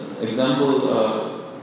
example